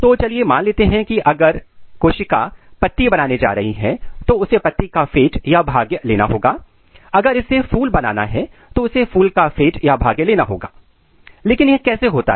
तो चलिए मान लेते हैं कि अगर सेल पत्ती बनाने जा रही है तो उसे पत्ती का फेट भाग्य लेना होगा अगर इसे फूल बनाना है तो इसे फूल का फेट भाग्य लेना होगा लेकिन यह कैसे होता है